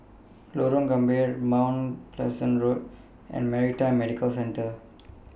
Lorong Gambir Mount Pleasant Road and Maritime Medical Centre